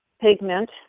pigment